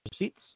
receipts